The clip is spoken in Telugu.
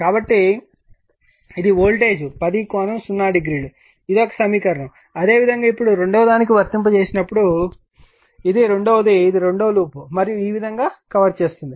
కాబట్టి ఇది వోల్టేజ్ 10 ∠ 00 ఇది ఒక సమీకరణం అదేవిధంగా ఇప్పుడు రెండవదానికి వర్తింపచేసినప్పుడు ఇది రెండవది ఇది రెండవ లూప్ మరియు ఈ విధంగా కవర్ చేస్తుంది